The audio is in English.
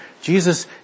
Jesus